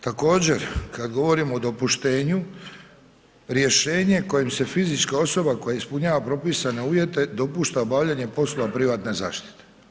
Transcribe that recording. Također, kad govorimo o dopuštenju rješenje kojim se fizička osoba koja ispunjava propisane uvjete dopušta obavljanje poslova privatne zaštite.